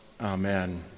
amen